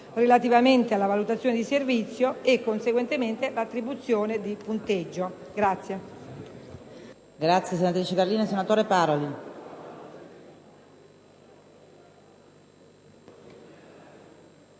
relativamente alla valutazione di servizio e, conseguentemente, all'attribuzione di punteggio.